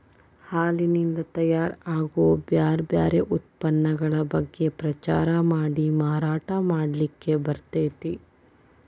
ಹಾಲಿನಿಂದ ತಯಾರ್ ಆಗೋ ಬ್ಯಾರ್ ಬ್ಯಾರೆ ಉತ್ಪನ್ನಗಳ ಬಗ್ಗೆ ಪ್ರಚಾರ ಮಾಡಿ ಮಾರಾಟ ಮಾಡ್ಲಿಕ್ಕೆ ಬರ್ತೇತಿ